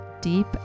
deep